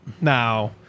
Now